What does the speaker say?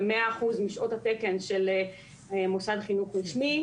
ב-100% משעות התקן של מוסד חינוך רשמי,